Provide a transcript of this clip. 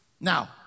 Now